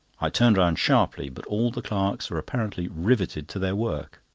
i turned round sharply, but all the clerks were apparently riveted to their work.